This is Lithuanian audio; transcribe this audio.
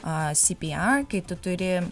a sy py ar kai tu turi